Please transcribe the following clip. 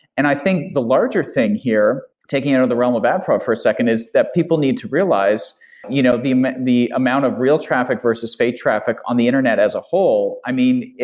and i think the larger thing here taking out of the realm of ad fraud for a second is that people need to realize you know the amount the amount of real traffic versus pay traffic on the internet as a whole. i mean,